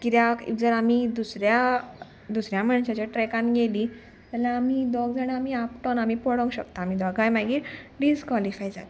किद्याक जर आमी दुसऱ्या दुसऱ्या मनशाच्या ट्रेकान गेलीं जाल्यार आमी दोग जाण आमी आपोंक शकता आमी दोगांय मागीर डिसकॉलिफाय जाता